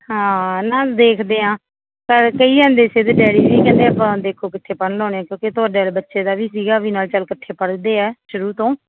ਹਾਂ ਨਾ ਦੇਖਦੇ ਹਾਂ ਪਰ ਕਹੀ ਜਾਂਦੇ ਸੀ ਇਹਦੇ ਡੈਡੀ ਵੀ ਕਹਿੰਦੇ ਆਪਾਂ ਦੇਖੋ ਕਿੱਥੇ ਪੜ੍ਹਨ ਲਾਉਣੇ ਹੈ ਕਿਉਂਕਿ ਤੁਹਾਡੇ ਵਾਲੇ ਬੱਚੇ ਦਾ ਵੀ ਸੀਗਾ ਵੀ ਨਾਲ ਚੱਲ ਇਕੱਠੇ ਪੜ੍ਹਦੇ ਹੈ ਸ਼ੁਰੂ ਤੋਂ